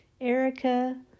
Erica